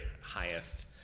highest